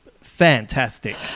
fantastic